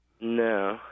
No